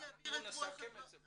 אנחנו נסכם את זה.